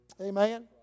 Amen